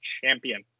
champion